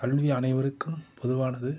கல்வி அனைவருக்கும் பொதுவானது